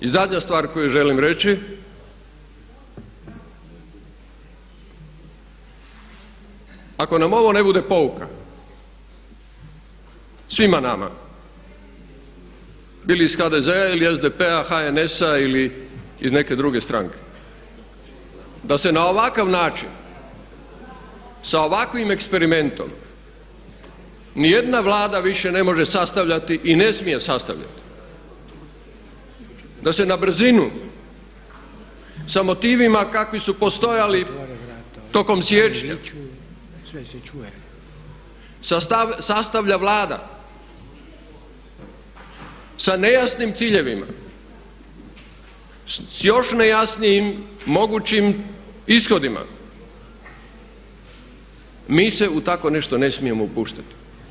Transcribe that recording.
I zadnja stvar koju želim reći ako nam ovo ne bude pouka svima nama bili iz HDZ-a ili SDP-a, HBN-a ili iz neke druge stranke, da se na ovakav način sa ovakvim eksperimentom ni jedna Vlada više ne može sastavljati i ne smije sastavljati, da se na brzinu sa motivima kakvi su postojali tokom siječnja sastavlja Vlada sa nejasnim ciljevima, sa još nejasnijim mogućim ishodima mi se u tako nešto ne smijemo upuštati.